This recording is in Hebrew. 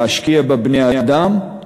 להשקיע בבני-אדם,